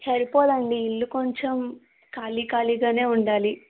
సరిపోదు అండి ఇల్లు కొంచెం ఖాళీ ఖాళీగానే ఉండాలి